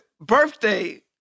birthday